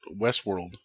Westworld